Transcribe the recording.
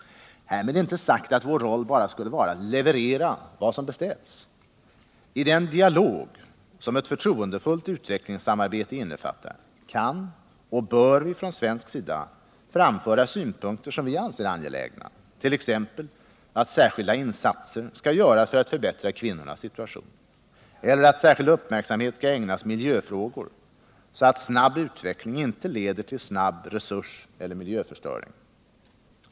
Härmed inte sagt att vår roll bara skulle vara att leverera vad som beställs. I den dialog som ett förtroendefullt utvecklingssamarbete innefattar kan och bör vi från svensk sida framföra synpunkter som vi anser angelägna, t.ex. att särskilda insatser skall göras för att förbättra kvinnornas situation, eller att särskild uppmärksamhet skall ägnas miljöfrågor, så att snabb utveckling inte leder till snabb resurseller miljöförstöring.